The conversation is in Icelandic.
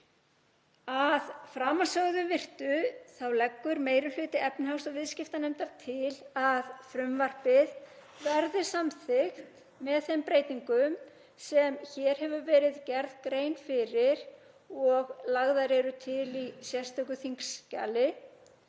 Að framansögðu virtu leggur meiri hluti efnahags- og viðskiptanefndar til að frumvarpið verði samþykkt með þeim breytingum sem hér hefur verið gerð grein fyrir og lagðar eru til í sérstöku þingskjali.